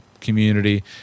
community